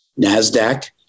NASDAQ